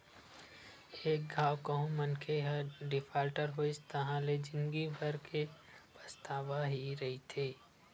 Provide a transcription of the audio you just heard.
एक घांव कहूँ मनखे ह डिफाल्टर होइस ताहाँले ले जिंदगी भर के पछतावा ही रहिथे